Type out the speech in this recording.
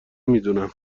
میدونم